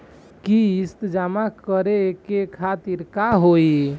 किस्त जमा करे के तारीख का होई?